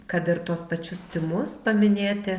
kad ir tuos pačius tymus paminėti